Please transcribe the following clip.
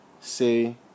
say